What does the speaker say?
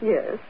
Yes